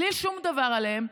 בלי שום דבר עליהם,